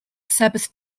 sabbath